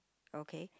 okay